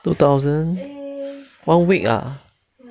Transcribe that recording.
two thousand one week ah